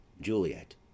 Juliet